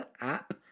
app